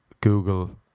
Google